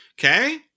Okay